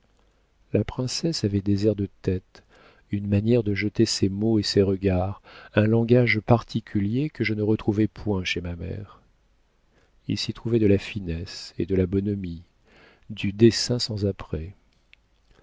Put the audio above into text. la princesse avait des airs de tête une manière de jeter ses mots et ses regards un langage particulier que je ne retrouvais point chez ma mère il s'y trouvait de la finesse et de la bonhomie du dessein sans apprêt